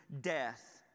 death